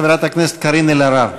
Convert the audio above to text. חברת הכנסת קארין אלהרר.